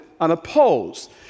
unopposed